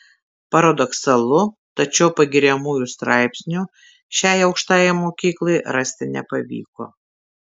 paradoksalu tačiau pagiriamųjų straipsnių šiai aukštajai mokyklai rasti nepavyko